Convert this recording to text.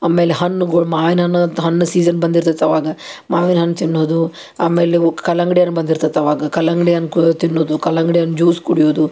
ಆಮೇಲೆ ಹಣ್ಣುಗಳು ಮಾವಿನ ಹಣ್ಣದ್ ಹಣ್ ಸೀಸನ್ ಬಂದಿರ್ತೈತೆ ಅವಾಗ ಮಾವಿನ ಹಣ್ ತಿನ್ನೋದು ಆಮೇಲೆ ಓ ಕಲ್ಲಂಗಡಿ ಹಣ್ ಬಂದಿರ್ತೈತೆ ಅವಾಗ ಕಲ್ಲಂಗಡಿ ಹಣ್ ಕು ತಿನ್ನುವುದು ಕಲ್ಲಂಗಡಿ ಹಣ್ಣು ಜ್ಯೂಸ್ ಕುಡಿಯೋದು